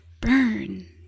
Burn